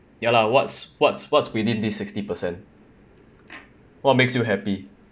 ya lah what's what's what's within this sixty percent what makes you happy